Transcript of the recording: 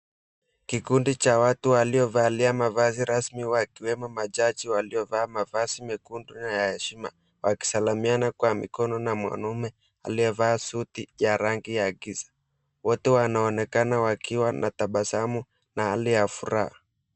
Kikundi cha watu waliovaa mavazi rasmi wakiwemo majaji waliovaa mavazi mekundu na ya heshima wakisalimiana kwa mikono na mwanaume aliyevaa suti ya rangi ya giza. Wote wanaonekana wakiwa na tabasamu na hali ya furaha.